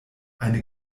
eine